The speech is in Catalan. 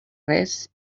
res